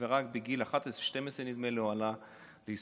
ורק בגיל 12-11, נדמה לי, הוא עלה לישראל.